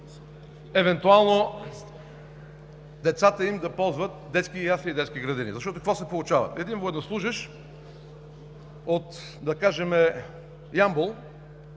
евентуално децата им да ползват детски ясли и детски градини. Защото това се получава – един военнослужещ, да кажем от Ямбол,